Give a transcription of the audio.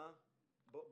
השנה